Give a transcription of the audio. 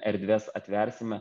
erdves atversime